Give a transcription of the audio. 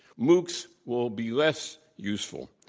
moocs will be less useful.